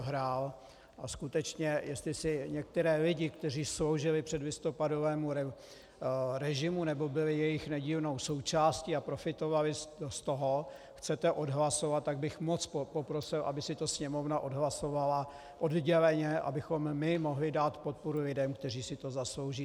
A skutečně jestli si některé lidi, kteří sloužili předlistopadovému režimu nebo byli jeho nedílnou součástí a profitovali z toho, chcete odhlasovat, tak bych moc poprosil, aby si to Sněmovna odhlasovala odděleně, abychom my mohli dát podporu lidem, kteří si to zaslouží.